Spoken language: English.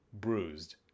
Bruised